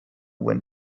went